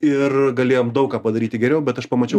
ir galėjom daug ką padaryti geriau bet aš pamačiau